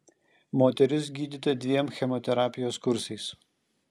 moteris gydyta dviem chemoterapijos kursais